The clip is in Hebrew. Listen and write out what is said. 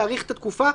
להאריך את התקופה,